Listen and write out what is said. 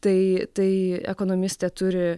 tai tai ekonomistė turi